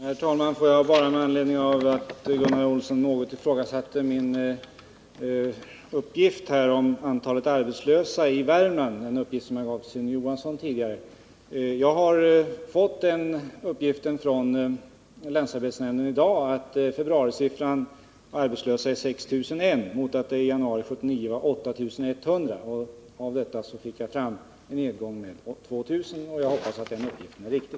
Herr talman! Låt mig bara säga några ord med anledning av att Gunnar Olsson något ifrågasatte min uppgift om antalet arbetslösa i Värmland — den uppgift som jag gav Sune Johansson tidigare. Jag har fått den uppgiften från länsarbetsnämnden i dag att februarisiffran för arbetslösa är 6 001 mot 8 100 i januari 1979. Av dessa siffror fick jag fram att det skett en nedgång med 2 000. Jag hoppas att den uppgiften är riktig.